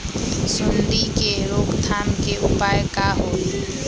सूंडी के रोक थाम के उपाय का होई?